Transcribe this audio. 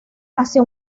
hacia